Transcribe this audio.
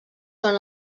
són